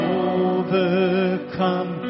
overcome